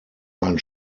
ein